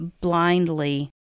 blindly